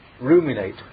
ruminate